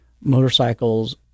motorcycles